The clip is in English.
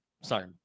sorry